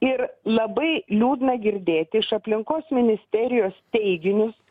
ir labai liūdna girdėti iš aplinkos ministerijos teiginius